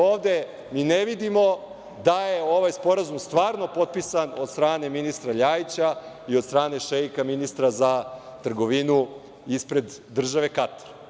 Ovde ne vidimo da je ovaj sporazum stvarno potpisan od strane ministra LJajića i od strane šeika, ministra za trgovinu ispred države Katar.